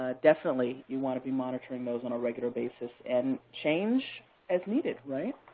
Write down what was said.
ah definitely you want to be monitoring those on a regular basis, and change as needed, right?